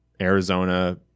Arizona